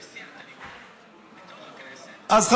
אז,